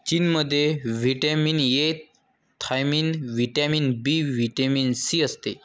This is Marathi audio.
चेरीमध्ये vitamin A, thiamine, vitamin B, vitamin C असते